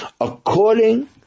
According